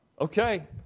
Okay